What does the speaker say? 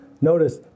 Notice